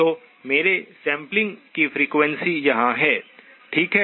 तो मेरे सैंपलिंग की फ्रीक्वेंसी यहाँ है ठीक है